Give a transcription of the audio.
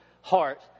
heart